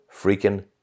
freaking